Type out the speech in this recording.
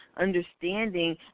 understanding